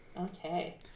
Okay